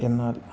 എന്നാൽ